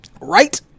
right